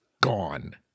gone